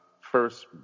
first